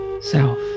self